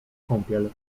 kąpiel